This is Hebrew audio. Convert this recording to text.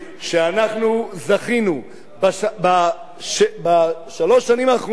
שאנחנו זכינו בשלוש שנים האחרונות